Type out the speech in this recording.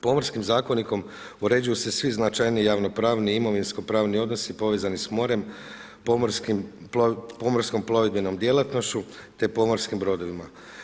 Pomorskim zakonikom uređuju se svi značajniji javno-pravni i imovinsko-pravni odnosi povezani s morem, pomorskom plovidbenom djelatnošću te pomorskim brodovima.